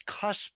cusp